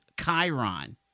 Chiron